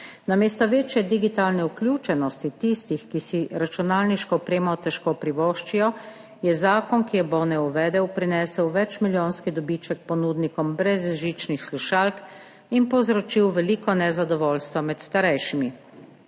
Namesto večje digitalne vključenosti tistih, ki si računalniško opremo težko privoščijo, je zakon, ki je bone uvedel, prinesel večmilijonski dobiček ponudnikom brezžičnih slušalk in povzročil veliko nezadovoljstva med starejšimi.